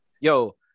Yo